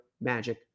Magic